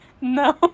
No